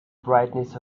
brightness